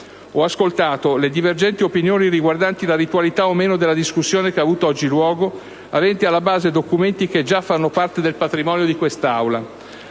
Ho ascoltato le divergenti opinioni riguardanti la ritualità, o meno, della discussione che ha avuto oggi luogo, avente alla base documenti che già fanno parte del patrimonio di quest'Aula,